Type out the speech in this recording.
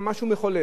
מה יצא לנו?